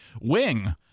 Wing